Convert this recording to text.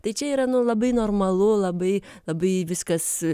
tai čia yra nu labai normalu labai labai viskas